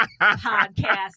podcast